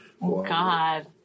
God